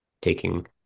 taking